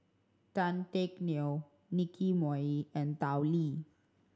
Tan Teck Neo Nicky Moey and Tao Li